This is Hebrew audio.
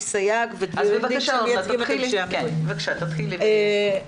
סייג --- שמייצגים את אנשי המילואים.